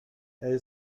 for